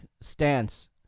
stance